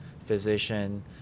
physician